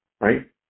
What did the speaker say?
Right